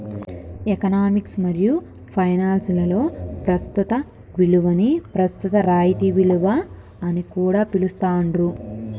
economics మరియు finance లలో ప్రస్తుత విలువని ప్రస్తుత రాయితీ విలువ అని కూడా పిలుత్తాండ్రు